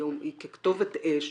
שהיא ככתובת אש